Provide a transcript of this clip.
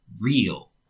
real